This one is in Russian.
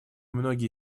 многие